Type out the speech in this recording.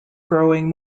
growing